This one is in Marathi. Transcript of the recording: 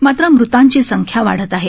मात्र मृतांची संख्या वाढत आहे